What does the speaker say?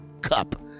cup